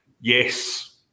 Yes